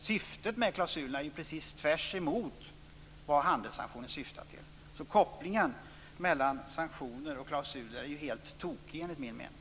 Klausuler och handelssanktioner har motsatta syften. Kopplingen mellan sanktioner och klausuler är helt tokig, enligt min mening.